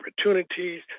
opportunities